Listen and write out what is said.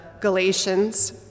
Galatians